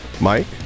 Mike